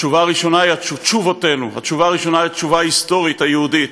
התשובה הראשונה היא התשובה ההיסטורית היהודית.